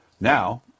Now